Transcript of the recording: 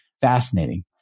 Fascinating